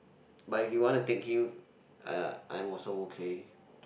but if you want to take you uh I'm also okay